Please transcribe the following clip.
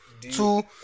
Two